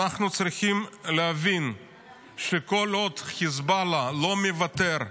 אנחנו צריכים להבין שכל עוד חיזבאללה לא מוותר,